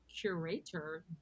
curator